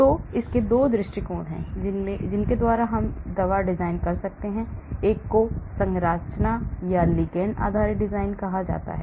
तो 2 दृष्टिकोण हैं जिनके द्वारा हम दवा डिजाइन कर सकते हैं एक को संरचना या लिगैंड आधारित डिजाइन कहा जाता है